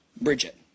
Bridget